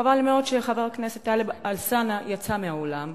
חבל מאוד שחבר הכנסת טלב אלסאנע יצא מהאולם.